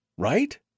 Right